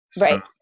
Right